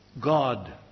God